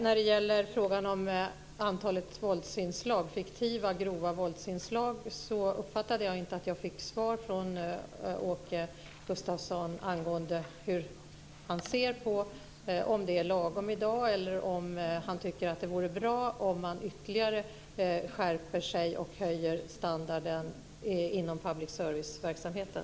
När det gäller antalet fiktiva grova våldsinslag uppfattade jag inte att jag fick något svar från Åke Gustavsson om han anser att det är lagom i dag eller om han tycker att det vore bra om man ytterligare skärper sig och höjer standarden inom public serviceverksamheten.